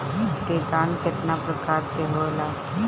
किटानु केतना प्रकार के होला?